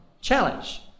challenge